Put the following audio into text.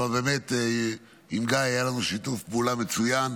אבל באמת עם גיא היה לנו שיתוף פעולה מצוין.